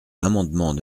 l’amendement